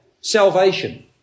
salvation